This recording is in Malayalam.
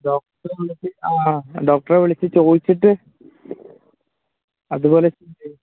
ആ ഡോക്ടറെ വിളിച്ച് ചോദിച്ചിട്ട് അതുപോലെ ചെയ്യാം